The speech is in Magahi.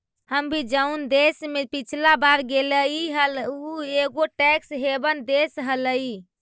हम भी जऊन देश में पिछला बार गेलीअई हल ऊ एगो टैक्स हेवन देश हलई